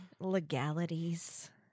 Legalities